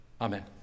Amen